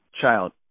child